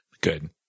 Good